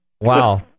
wow